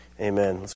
amen